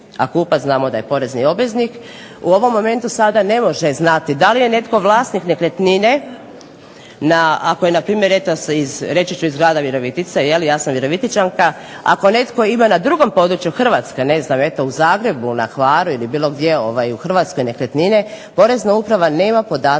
kupac znamo da je porezni obveznik, u ovom momentu sada ne može znati da li je netko vlasnik nekretnine ako je npr., eto reći ću iz grada Virovitice je li, ja sam Virovitičanka, ako netko ima na drugom području Hrvatske, ne znam eto u Zagrebu, na Hvaru ili bilo gdje u Hrvatskoj nekretnine, Porezna uprava nema podatak